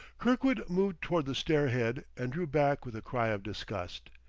kirkwood moved toward the stair-head, and drew back with a cry of disgust.